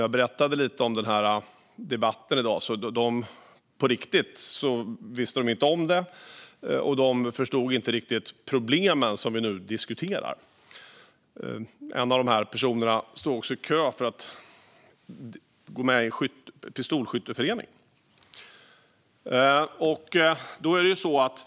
Jag berättade lite grann om den debatt som vi skulle ha i dag. Det kände de inte till. De förstod inte riktigt de problem som vi nu diskuterar. En av dessa personer står i kö för att gå med i en pistolskytteförening.